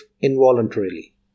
involuntarily